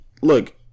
look